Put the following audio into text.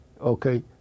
okay